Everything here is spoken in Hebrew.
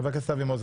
חבר הכנסת אבי מעוז,